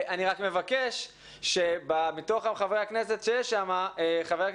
אני רק מבקש שבין כל חברי הכנסת נמצאים שם חברי